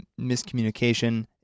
miscommunication